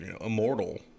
immortal